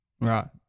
Right